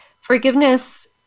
forgiveness